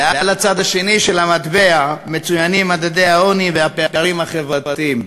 ועל הצד השני של המטבע מצוינים מדדי העוני והפערים החברתיים.